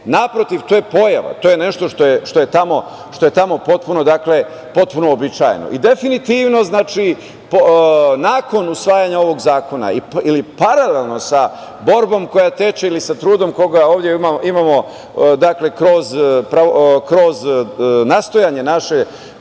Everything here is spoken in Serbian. naprotiv, to je pojava, to je nešto što je tamo potpuno uobičajeno i definitivno, nakon usvajanja ovog zakona, ili paralelno sa borbom koja teče ili sa trudim koga ovde imamo kroz nastojanje naše